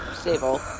stable